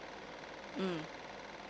mm